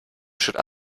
should